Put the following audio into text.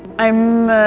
i'm uhh,